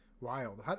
wild